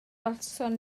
welsom